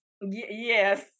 Yes